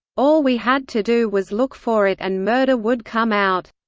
all we had to do was look for it and murder would come out.